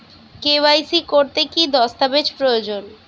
KYC করতে কি দস্তাবেজ প্রয়োজন?